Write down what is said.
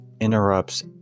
interrupts